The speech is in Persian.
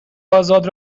آزاد